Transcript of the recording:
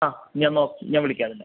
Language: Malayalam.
ആ ഞാൻ ഞാൻ വിളിക്കാം നിന്നെ